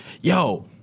Yo